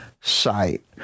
sight